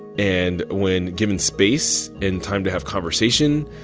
and when given space and time to have conversation,